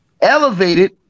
elevated